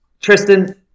Tristan